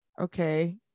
okay